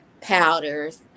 powders